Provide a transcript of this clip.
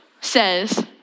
says